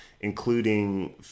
including